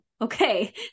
okay